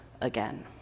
again